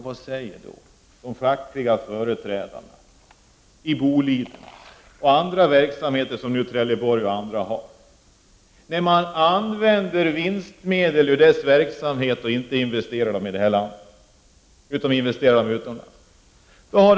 Vad säger då de fackliga företrädarna —-i Boliden och på platser med andra verksamheter, t.ex. Trelleborg — när man använder vinstmedel ur verksamheten och investerar dem utomlands?